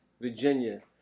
Virginia